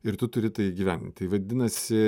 ir tu turi tai įgyvendint tai vadinasi